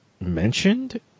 mentioned